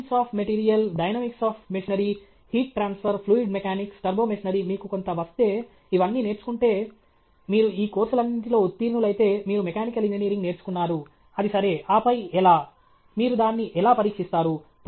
science of material dynamics of machinery heat transfer fluid mechanics turbo machinery మీకు కొంత వస్తే ఇవన్నీ నేర్చుకుంటే మీరు ఈ కోర్సులన్నిటిలో ఉత్తీర్ణులైతే మీరు మెకానికల్ ఇంజనీరింగ్ నేర్చుకున్నారు అది సరే ఆపై ఎలా మీరు దాన్ని ఎలా పరీక్షిస్తారు